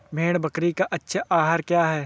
भेड़ बकरी का अच्छा आहार क्या है?